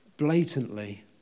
blatantly